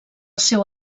seu